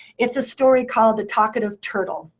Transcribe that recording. it's a story called the talkative turtle.